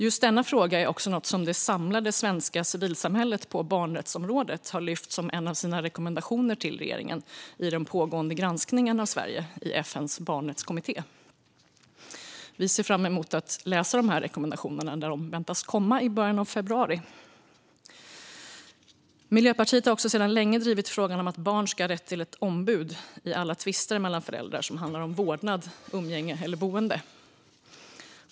Just denna fråga är också något som det samlade svenska civilsamhället på barnrättsområdet har lyft som en av sina rekommendationer till regeringen i den pågående granskningen av Sverige i FN:s barnrättskommitté. Vi ser fram emot att läsa de här rekommendationerna när de förväntas komma i början av februari. Miljöpartiet har också sedan länge drivit frågan om att barn ska ha rätt till ett ombud i alla tvister mellan föräldrar som handlar om vårdnad, umgänge eller boende.